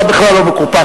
אתה בכלל לא מקופח,